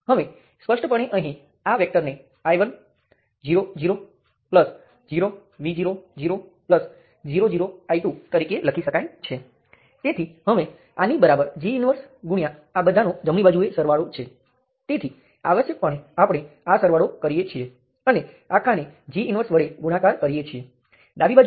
તેથી ચાલો કહીએ કે આ સર્કિટનો રેખીય ભાગ છે તેમાં રેઝિસ્ટર અને રેખીય નિયંત્રણ સ્ત્રોત છે અને ત્યાં ત્રણ સ્વતંત્ર સ્ત્રોત છે માત્ર સરળતા ખાતર હું આને ધ્યાનમાં લઈશ